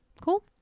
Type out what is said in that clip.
cool